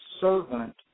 servant